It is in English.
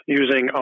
using